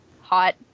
hot